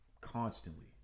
Constantly